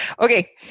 Okay